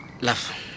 Love